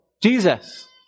Jesus